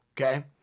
okay